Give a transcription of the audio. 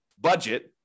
budget